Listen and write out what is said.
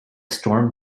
storm